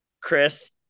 Chris